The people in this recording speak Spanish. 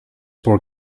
por